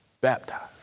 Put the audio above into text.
baptized